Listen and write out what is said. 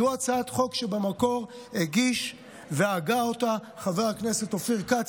זו הצעת חוק שבמקור הגיש והגה אותה חבר הכנסת אופיר כץ,